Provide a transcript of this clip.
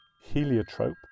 heliotrope